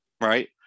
right